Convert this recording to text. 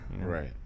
Right